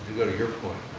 to your point.